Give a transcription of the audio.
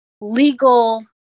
Legal